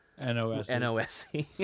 N-O-S-E